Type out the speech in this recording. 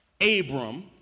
Abram